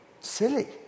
silly